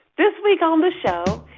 this week on the show,